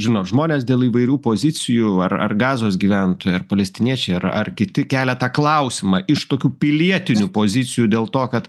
žinot žmonės dėl įvairių pozicijų ar ar gazos gyventojai ar palestiniečiai ar ar kiti kelia tą klausimą iš tokių pilietinių pozicijų dėl to kad